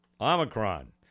Omicron